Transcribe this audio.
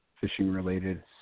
fishing-related